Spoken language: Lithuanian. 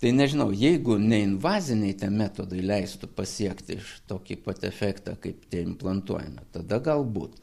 tai nežinau jeigu neinvaziniai metodai leistų pasiekti tokį pat efektą kaip tie implantuojami tada galbūt